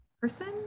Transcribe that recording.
person